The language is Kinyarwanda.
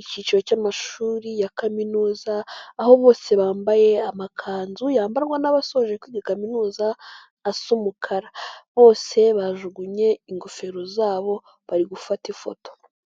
ikiciro cy'amashuri ya kaminuza, aho bose bambaye amakanzu yambarwa n'abasoje kwiga kaminuza, asa umukara bose bajugunye ingofero zabo bari gufata ifoto.